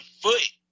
foot